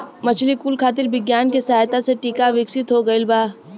मछली कुल खातिर विज्ञान के सहायता से टीका विकसित हो गइल बा